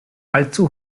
allzu